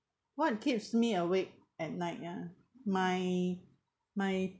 what keeps me awake at night ah my my